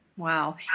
Wow